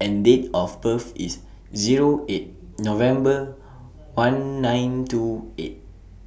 and Date of birth IS Zero eight November one nine two eight